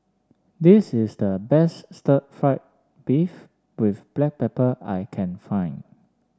this is the best Stir Fried Beef with Black Pepper I can find